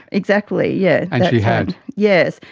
exactly, yes. and she had. yes,